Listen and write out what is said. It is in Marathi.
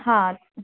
हां